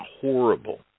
horrible